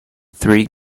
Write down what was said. three